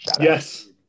Yes